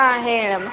ಹಾಂ ಹೇಳಮ್ಮ